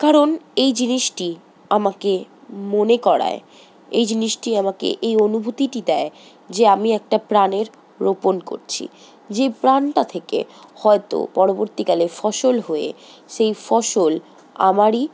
কারণ এই জিনিসটি আমাকে মনে করায় এই জিনিসটি আমাকে এই অনুভূতিটি দেয় যে আমি একটা প্রাণের রোপণ করছি যে প্রাণটা থেকে হয়তো পরবর্তীকালে ফসল হয়ে সেই ফসল আমারই